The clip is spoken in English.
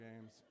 games